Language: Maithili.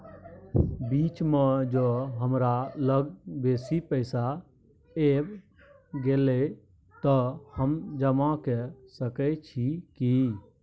बीच म ज हमरा लग बेसी पैसा ऐब गेले त हम जमा के सके छिए की?